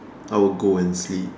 I will go and sleep